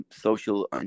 social